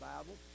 Bible